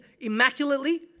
immaculately